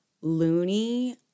loony